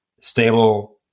stable